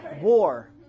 War